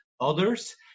others